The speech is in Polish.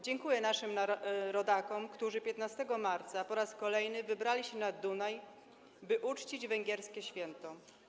Dziękuję naszym rodakom, którzy 15 marca po raz kolejny wybrali się nad Dunaj, by uczcić węgierskie święto.